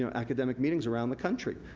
so academic meetings around the country.